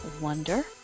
Wonder